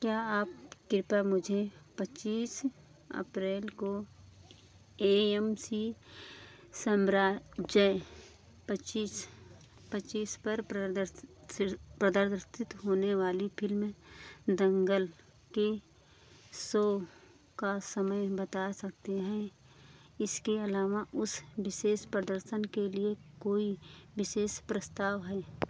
क्या आप कृपया मुझे पच्चीस अप्रैल को ए एम सी सन्द्रा जय पच्चीस पच्चीस पर प्रदर्शन सर प्रदर्शित होने वाली फिल्में दंगल के शो का समय बता सकते हैं इसके अलावा उस विशेष प्रदर्शन के लिए कोई विशेष प्रस्ताव है